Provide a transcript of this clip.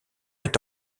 est